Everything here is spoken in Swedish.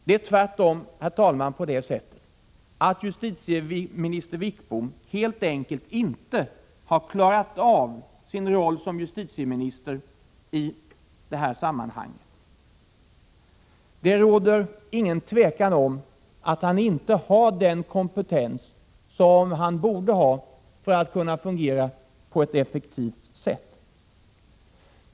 Det är tvärtom, herr talman, så att Sten Wickbom helt enkelt inte har klarat av sin roll som justitieminister i detta sammanhang. Det råder inget tvivel om att han inte har den kompetens som han borde ha för att kunna fungera på ett effektivt sätt.